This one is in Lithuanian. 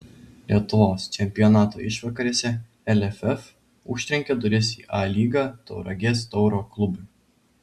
lietuvos čempionato išvakarėse lff užtrenkė duris į a lygą tauragės tauro klubui